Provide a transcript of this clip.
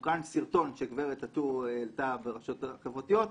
הוקרן סרטון שגברת טאטור העלתה ברשתות חברתיות,